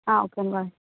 ఆ ఓకే మ